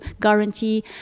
guarantee